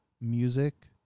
music